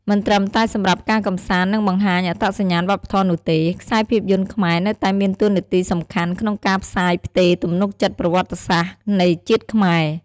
មិនត្រឹមតែសម្រាប់ការកម្សាន្ត និងបង្ហាញអត្តសញ្ញាណវប្បធម៌នោះទេ ខ្សែភាពយន្តខ្មែរនៅតែមានតួនាទីសំខាន់ក្នុងការផ្សាយផ្ទេរទំនុកចិត្តប្រវត្តិសាស្ត្រនៃជាតិខ្មែរ។